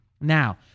Now